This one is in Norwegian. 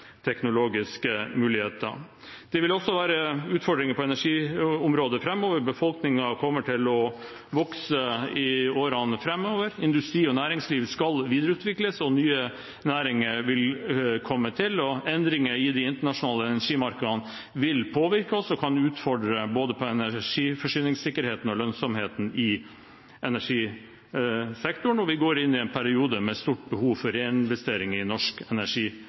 teknologiske muligheter. Det vil også være utfordringer på energiområdet framover. Befolkningen kommer til å vokse i årene framover. Industri og næringsliv skal videreutvikles, nye næringer vil komme til, og endringer i de internasjonale energimarkedene vil påvirke oss og kan utfordre oss på både energisikkerhet og lønnsomhet i energisektoren. Vi går inn i en periode med stort behov for reinvestering i norsk